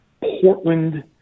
Portland